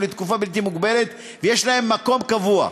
לתקופה בלתי מוגבלת ויש להם מקום קבוע.